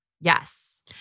Yes